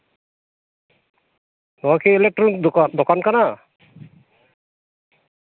ᱱᱚᱣᱟ ᱠᱤ ᱤᱞᱮᱠᱴᱨᱚᱤᱠ ᱫᱚᱠᱟ ᱫᱚᱠᱟᱱ ᱠᱟᱱᱟ